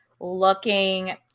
looking